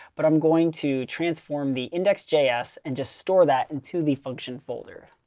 but i'm going to transform the index js and just store that into the function folder.